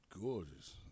gorgeous